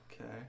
Okay